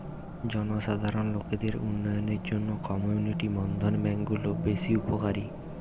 জনসাধারণ লোকদের উন্নয়নের জন্যে কমিউনিটি বর্ধন ব্যাংক গুলো বেশ উপকারী